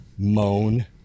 moan